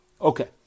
Okay